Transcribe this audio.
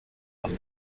nach